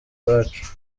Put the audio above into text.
iwacu